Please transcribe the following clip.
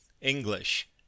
English